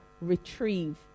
retrieve